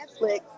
Netflix